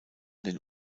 den